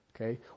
Okay